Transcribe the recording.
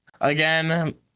again